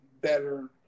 better